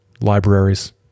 libraries